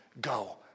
Go